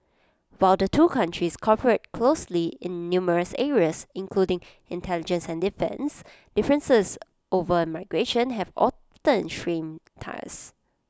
while the two countries cooperate closely in numerous areas including intelligence and defence differences over migration have often strained ties